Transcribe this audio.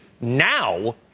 now